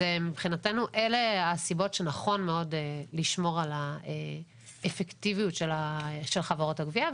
מבחינתנו אלו הסיבות שנכון לשמור על האפקטיביות של חברות הגבייה.